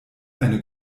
eine